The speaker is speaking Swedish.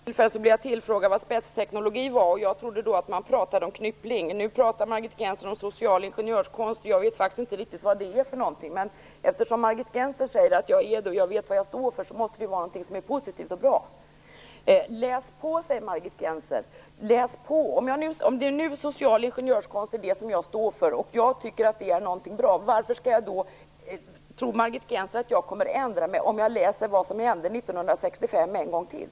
Fru talman! Vid något tillfälle blev jag tillfrågad om vad spetsteknologi är. Jag trodde då att man talade om knyppling. Nu talar Margit Gennser om social ingenjörskonst, och jag vet faktiskt inte vad det är för något. Men om Margit Gennser säger att jag företräder den och då jag vet vad jag står för, måste det ju vara någonting som är positivt och bra. Läs på, säger Margit Gennser. Om det nu är social ingenjörskonst som jag står för och jag tycker att det är någonting bra, varför tror då Margit Gennser att jag kommer att ändra mig om jag läser vad som hände 1965 en gång till?